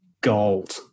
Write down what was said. gold